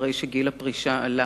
אחרי שגיל הפרישה עלה,